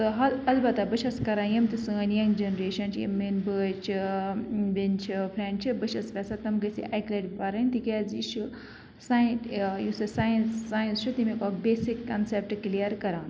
تہٕ ہَل البتہ بہٕ چھس کَران یِم تہِ سٲںۍ یَنٛگ جَنریشَن چھِ یِم میٛٲنۍ بٲے چھِ بیٚنہِ چھِ فرٛنٛڈ چھِ بہٕ یَژھان تم گٔژھ یہِ اَکہِ لَٹہِ پرٕنۍ تِکیٛازِ یہِ چھِ ساین یُس اَسہِ ساینس ساینس چھُ تمیُٚک اَکھ بیسِک کَنسیپٹ کِلیَر کَران